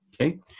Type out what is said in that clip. Okay